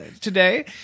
today